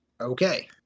Okay